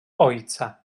ojca